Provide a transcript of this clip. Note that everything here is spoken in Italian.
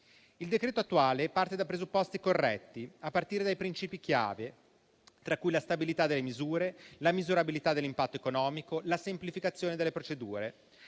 in discussione parte da presupposti corretti, a partire dai principi chiave, tra cui la stabilità delle misure, la misurabilità dell'impatto economico, la semplificazione delle procedure.